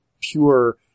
pure